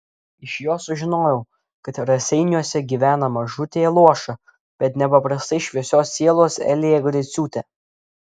iš jo sužinojau kad raseiniuose gyvena mažutė luoša bet nepaprastai šviesios sielos elė griciūtė